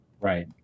Right